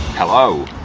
hello.